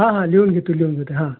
हा हां लिहून घेते लिहून घेते हां